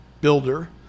builder